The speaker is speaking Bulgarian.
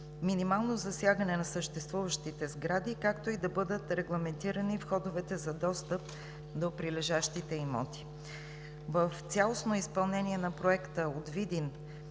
минимално засягане на съществуващите сгради, както и да бъдат регламентирани входовете за достъп до прилежащите имоти. В цялостно изпълнение на Проекта от Видин